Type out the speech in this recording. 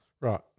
Right